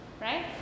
Right